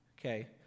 okay